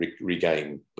regain